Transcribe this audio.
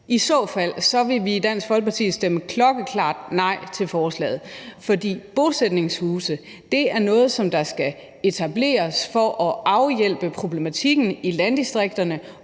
I så fald vil vi i Dansk Folkeparti stemme klokkeklart nej til forslaget. For bosætningshuse er noget, som skal etableres for at afhjælpe problematikken i landdistrikterne